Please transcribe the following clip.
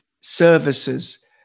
services